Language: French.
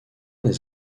des